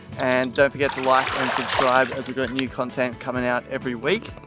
and don't forget to like and subscribe as we new content coming out every week.